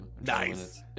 Nice